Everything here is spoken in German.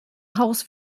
haus